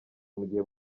mugihe